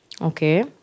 okay